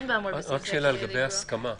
--- לגבי הסכמה,